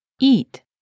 eat